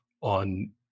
on